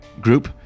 group